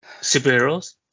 Superheroes